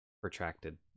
protracted